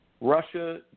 russia